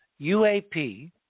UAP